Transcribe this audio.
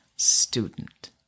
student